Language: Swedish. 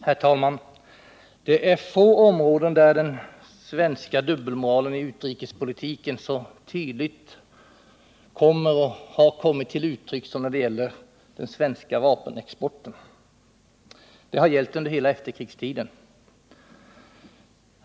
Herr talman! Det är få områden där den svenska dubbelmoralen i utrikespolitiken så tydligt kommer och har kommit till uttryck som när det gäller svensk vapenexport. Det har varit fallet under hela efterkrigstiden.